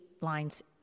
lines